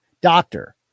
doctor